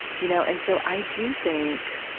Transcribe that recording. you know and so i do think